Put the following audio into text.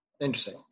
Interesting